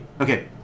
Okay